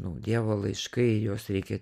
nu dievo laiškai juos reikia